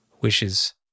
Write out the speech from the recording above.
wishes